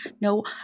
No